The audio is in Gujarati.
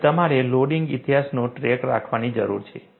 અને તમારે લોડિંગ ઇતિહાસનો ટ્રેક રાખવાની જરૂર છે